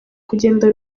kugenda